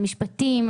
המשפטים,